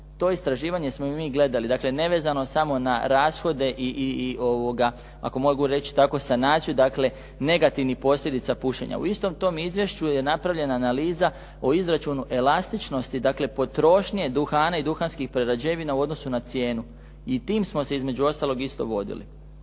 To istraživanje smo i mi gledali. Dakle nevezano samo na rashode i ako mogu reći tako sanaciju, dakle negativnih posljedica pušenja. U istom tom izvješću je napravljena analiza o izračunu elastičnost, dakle potrošnje duhana i duhanskih prerađevina u odnosu na cijenu i tim smo se između ostalog isto vodili.